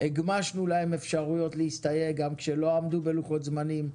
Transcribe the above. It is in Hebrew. הגמשנו להם אפשרויות להסתייג גם כשלא עמדו בלוחות הזמנים,